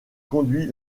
conduit